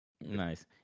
nice